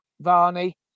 Varney